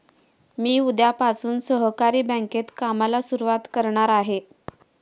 मी उद्यापासून सहकारी बँकेत कामाला सुरुवात करणार आहे